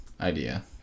idea